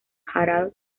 harald